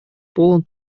полон